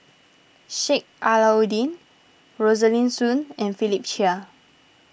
Sheik Alau'ddin Rosaline Soon and Philip Chia